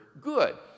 good